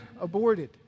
aborted